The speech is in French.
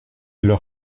leur